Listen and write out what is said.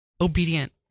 obedient